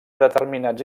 determinats